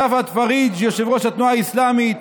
ספואת פריג', יושב-ראש התנועה האסלאמית,